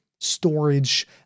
storage